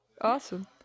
awesome